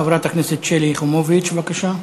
חברת הכנסת שלי יחימוביץ, בבקשה.